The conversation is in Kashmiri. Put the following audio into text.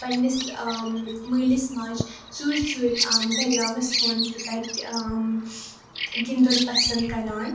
پنہٕ نِس مٲلِس ماجہِ ژوٗرِ ژوٗرِ دٔریاوَس کُن تہٕ تَتہِ گِنٛدُن پَسنٛد کَران